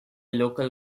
local